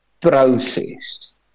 process